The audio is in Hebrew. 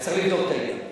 אני מתגעגע לקדימה.